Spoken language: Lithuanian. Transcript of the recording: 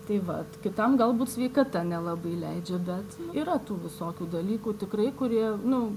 tai vat kitam galbūt sveikata nelabai leidžia bet yra tų visokių dalykų tikrai kurie nu